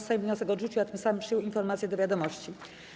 Sejm wniosek odrzucił, a tym samym przyjął informację do wiadomości.